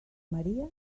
maria